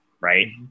right